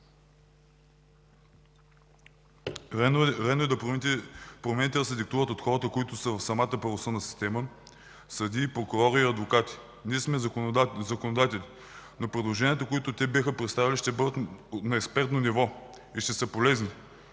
Редно е промените да се диктуват от хората, които са в самата правосъдна система – съдии, прокурори и адвокати. Ние сме законодатели, но предложенията, които те биха представили ще бъдат на експертно ниво и ще са полезни.